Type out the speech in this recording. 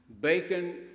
bacon